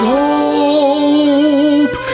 hope